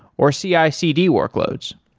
or cicd workloads